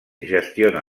gestiona